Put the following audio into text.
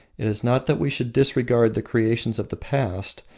it is not that we should disregard the creations of the past,